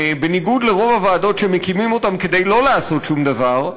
בניגוד לרוב הוועדות שמקימים כדי לא לעשות שום דבר,